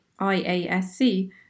IASC